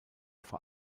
vor